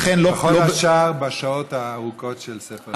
לכן, וכל השאר, בשעות הארוכות של ספר התקציב.